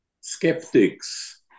skeptics